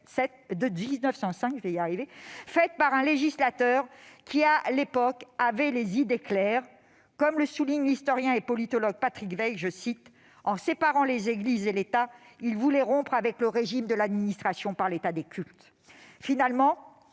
de 1905, laquelle avait été élaborée par un législateur ayant les idées claires, comme le souligne l'historien et politologue Patrick Weil- je le cite :« En séparant les Églises et l'État, il voulait rompre avec le régime de l'administration par l'État des cultes. »